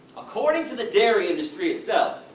according to the dairy industry itself,